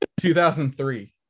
2003